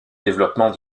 développement